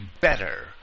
better